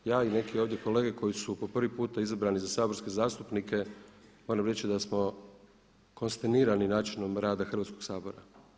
Ja i neki ovdje kolege koji su po prvi puta izabrani za saborske zastupnike moram reći da smo konstinirani načinom rada Hrvatskog sabora.